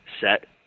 set